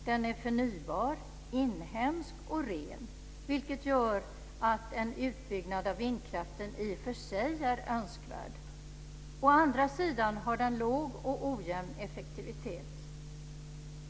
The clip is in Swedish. Den är förnybar, inhemsk och ren, vilket gör att en utbyggnad av vindkraften i och för sig är önskvärd. Å andra sidan har den låg och ojämn effektivitet.